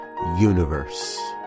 universe